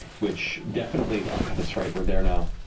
which definitely oh, god, that's right, we're there now.